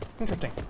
Interesting